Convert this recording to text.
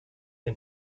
den